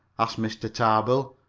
asked mr. tarbill.